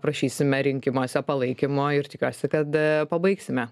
prašysime rinkimuose palaikymo ir tikiuosi kad pabaigsime